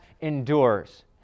endures